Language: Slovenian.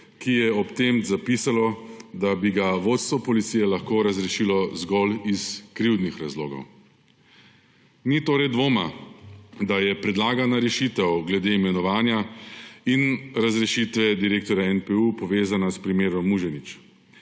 ki je ob tem zapisalo, da bi ga vodstvo policije lahko razrešilo zgolj iz krivdnih razlogov. Ni torej dvoma, da je predlagana rešitev glede imenovanja in razrešitve direktorja NPU povezana s primerom Muženič.